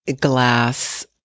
glass